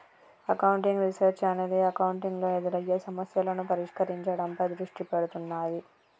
accounting research అనేది accounting లో ఎదురయ్యే సమస్యలను పరిష్కరించడంపై దృష్టి పెడుతున్నాది